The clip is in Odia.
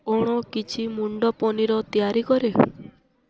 କ'ଣ କିଛି ମୁଣ୍ଡ ପନିର୍ ତିଆରି କରେ